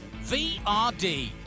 vrd